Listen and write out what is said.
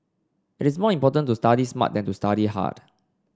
it's more important to study smart than to study hard